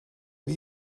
wie